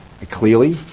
Clearly